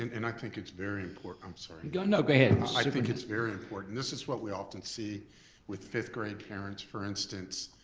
um and i think it's very important, i'm sorry. no go ahead. i think it's very important. this is what we often see with fifth grade parents, for instance,